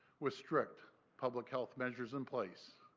with strict public health measures in place.